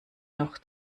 noch